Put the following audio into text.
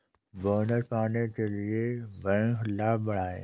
bonus पाने के लिए बैंक लाभ बढ़ाएं